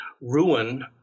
ruin